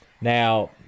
now